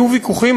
היו ויכוחים,